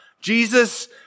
Jesus